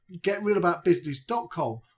getrealaboutbusiness.com